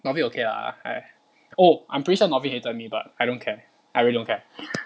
norvin okay lah I oh I'm pretty sure norvin hated me but I don't care I really don't care